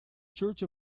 church